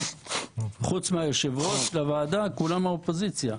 כולם מהאופוזיציה.